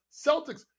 Celtics